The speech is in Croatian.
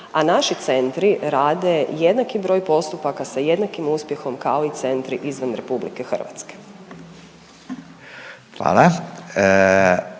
A naši centri rade jednaki broj postupaka sa jednakim uspjehom kao i centri izvan RH. **Radin, Furio